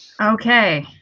Okay